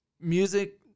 music